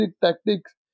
tactics